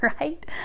right